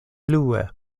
plue